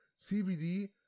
CBD